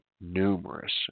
numerous